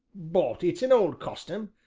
but it's an old custom,